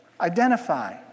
Identify